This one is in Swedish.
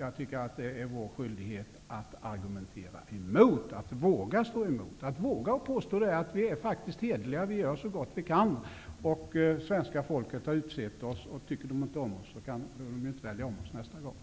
Jag tycker att det är vår skyldighet att argumentera mot, att våga stå emot. Vi måste våga påstå: Vi är faktiskt hederliga och vi gör så gott vi kan. Svenska folket har utsett oss. Tycker man inte om oss, behöver man inte välja om oss nästa gång.